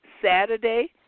Saturday